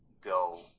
go